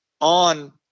on